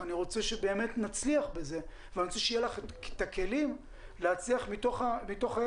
אני רוצה שבאמת נצליח בזה ואני רוצה שיהיו לך הכלים להצליח מתוך הידע